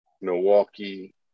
Milwaukee